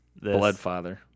Bloodfather